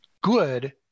good